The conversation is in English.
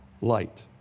light